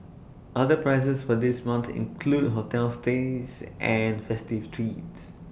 other prizes for this month include hotel stays and festive treats